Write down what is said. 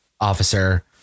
officer